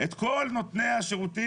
את כל נותני השירותים,